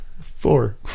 four